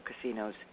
casinos